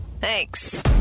Thanks